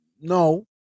no